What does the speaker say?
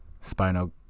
spinal